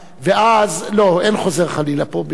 לא, אין חוזר חלילה פה בעניין זה.